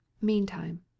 Meantime